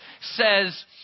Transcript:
says